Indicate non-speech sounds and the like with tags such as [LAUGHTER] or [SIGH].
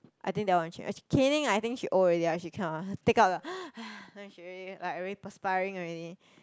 I think that one change caning I think she old already lah she cannot lah take out lah [BREATH] like she really like really perspiring already